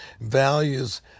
values